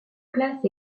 place